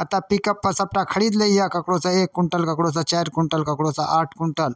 एतऽ पिकअपपर सबटा खरीदलैए ककरोसँ एक क्विन्टल ककरोसँ चारि क्विन्टल ककरोसँ आठ क्विन्टल